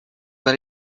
but